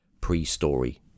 pre-story